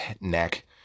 neck